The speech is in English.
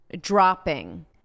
Dropping